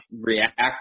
react